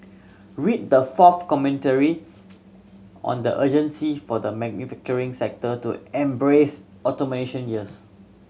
read the fourth commentary on the urgency for the manufacturing sector to embrace automation years